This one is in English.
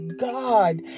God